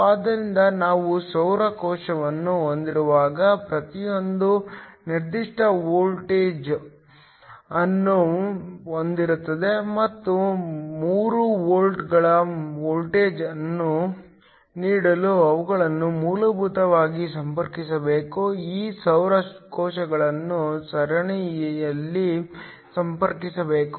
ಆದ್ದರಿಂದ ನಾವು ಸೌರ ಕೋಶಗಳನ್ನು ಹೊಂದಿರುವಾಗ ಪ್ರತಿಯೊಂದೂ ನಿರ್ದಿಷ್ಟ ವೋಲ್ಟೇಜ್ ಅನ್ನು ಹೊಂದಿರುತ್ತದೆ ಮತ್ತು ಮೂರು ವೋಲ್ಟ್ಗಳ ವೋಲ್ಟೇಜ್ ಅನ್ನು ನೀಡಲು ಅವುಗಳನ್ನು ಮೂಲಭೂತವಾಗಿ ಸಂಪರ್ಕಿಸಬೇಕು ಈ ಸೌರ ಕೋಶಗಳನ್ನು ಸರಣಿಯಲ್ಲಿ ಸಂಪರ್ಕಿಸಬೇಕು